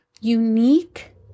unique